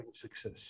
success